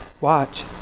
Watch